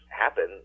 happen